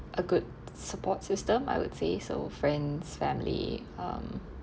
a good support system I would say so friends family um